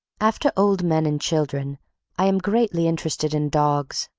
after old men and children i am greatly interested in dogs.